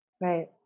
right